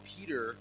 Peter